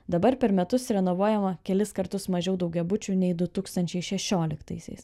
dabar per metus renovuojama kelis kartus mažiau daugiabučių nei du tūkstančiai šešioliktaisiais